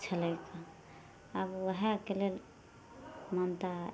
छलै आब वएहके लेल मानता